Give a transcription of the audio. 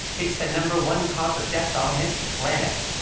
it's the number one causes of death on this planet.